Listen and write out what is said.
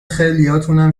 خیلیاتونم